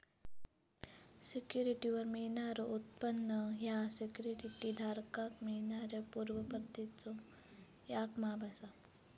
सिक्युरिटीवर मिळणारो उत्पन्न ह्या सिक्युरिटी धारकाक मिळणाऱ्यो पूर्व परतीचो याक माप असा